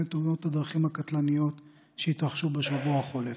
את תאונות הדרכים הקטלניות שהתרחשו בשבוע החולף: